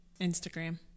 instagram